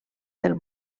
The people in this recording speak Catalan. del